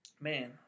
man